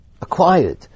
acquired